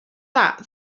that